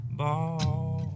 ball